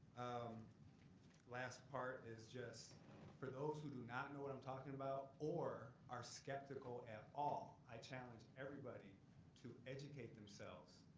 um last part is just for those who do not know what i'm talking about, or are skeptical at all, i challenge everybody to educate themselves.